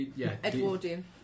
Edwardian